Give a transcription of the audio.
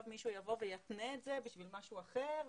מישהו יבוא ויתנה את זה בשביל משהו אחר,